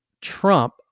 Trump